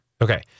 Okay